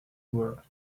were